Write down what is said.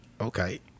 Okay